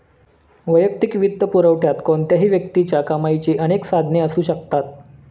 वैयक्तिक वित्तपुरवठ्यात कोणत्याही व्यक्तीच्या कमाईची अनेक साधने असू शकतात